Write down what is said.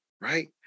right